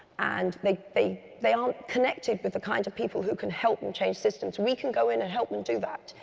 and they they aren't connected with the kind of people who can help them change systems. we can go in and help them do that,